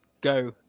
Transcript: go